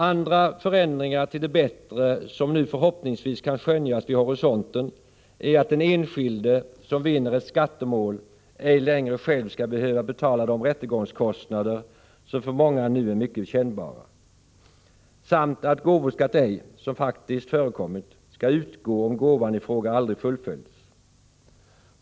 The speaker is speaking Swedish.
Andra förändringar till det bättre som nu förhoppningsvis kan skönjas vid horisonten är att den enskilde som vinner ett skattemål ej längre själv skall behöva betala de rättegångskostnader som för många nu är mycket kännbara samt att gåvoskatt ej, som faktiskt förekommit, skall utgå om gåvan i fråga aldrig fullföljts.